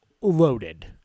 loaded